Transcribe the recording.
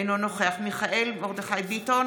אינו נוכח מיכאל מרדכי ביטון,